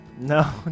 No